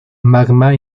magma